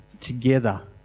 together